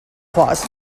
claws